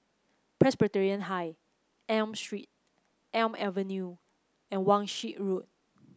Presbyterian High Elm Street Elm Avenue and Wan Shih Road